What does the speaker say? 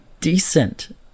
decent